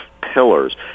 pillars